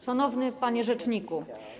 Szanowny Panie Rzeczniku!